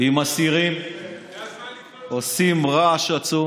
עם הסירים, עושים רעש עצום,